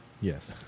Yes